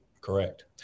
correct